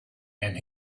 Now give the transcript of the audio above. and